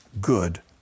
good